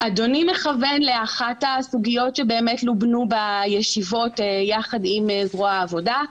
אדוני מכוון לאחת הסוגיות שבאמת לובנו בישיבות יחד עם זרוע העבודה.